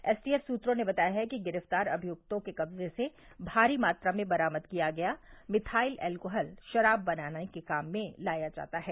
STF सूत्रों ने बताया है कि गिरफ़्तार अभियुक्तों के कब्जे से भारी मात्रा में बरामद किया गया मिथाइल एल्कोहल शराब बनाने के काम में लाया जाता है